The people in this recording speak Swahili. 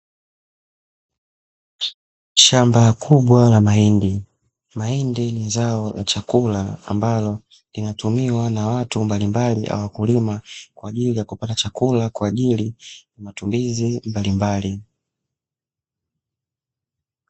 Shamba kubwa la mahindi, mahindi ni zao la chakula ambalo linatumiwa na watu mbalimbali na wakulima kwa ajili ya kupata chakula kwa ajili ya matumizi mbalimbali.